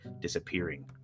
disappearing